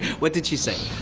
what did she say?